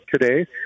today